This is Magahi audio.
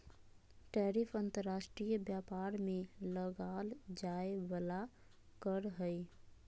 टैरिफ अंतर्राष्ट्रीय व्यापार में लगाल जाय वला कर हइ